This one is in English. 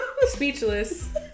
speechless